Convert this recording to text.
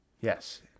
Yes